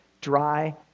dry